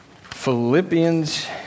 Philippians